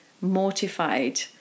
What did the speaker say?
mortified